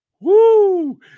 Woo